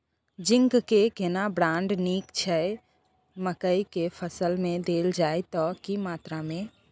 Zinc के केना brand नीक छैय मकई के फसल में देल जाए त की मात्रा में?